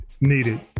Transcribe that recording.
needed